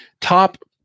Top